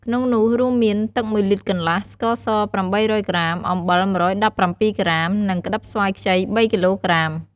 ក្នុងនោះរួមមាន ទឹក ១លីត្រកន្លះ ស្ករស ៨០០ក្រាម អំបិល ១១៧ ក្រាម និងក្ដិបស្វាយខ្ចី ៣គីឡូក្រាម។